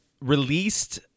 released